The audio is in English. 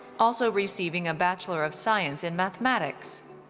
also receiving a bachelor of science in mathematics.